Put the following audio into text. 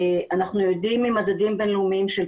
אנחנו יודעים מממדים בינלאומיים של